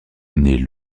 naît